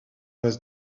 was